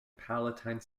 palatine